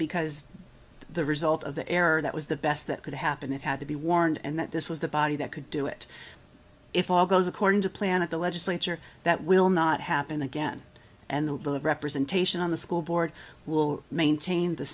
because the result of the error that was the best that could happen it had to be warned and that this was the body that could do it if all goes according to plan of the legislature that will not happen again and the bill of representation on the school board will maintain the